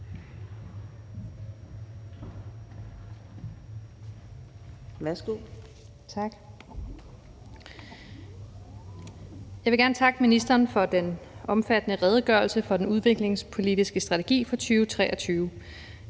Jeg vil gerne takke ministeren for den omfattende redegørelse for den udviklingspolitiske strategi for 2023.